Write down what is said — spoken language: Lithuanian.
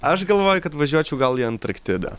aš galvoju kad važiuočiau gal į antarktidą